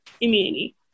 immunity